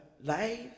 life